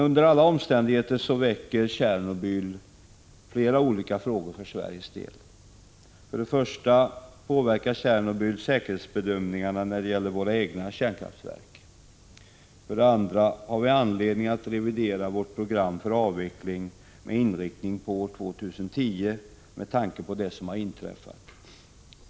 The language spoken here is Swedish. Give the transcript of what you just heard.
Under alla omständigheter väcker Tjernobyl flera olika frågor för Sveriges del. För det första påverkar Tjernobyl säkerhetsbedömningarna när det gäller våra egna kärnkraftverk. För det andra har vi anledning att revidera vårt program för avveckling med inriktning på år 2010, med tanke på det som har inträffat.